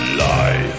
life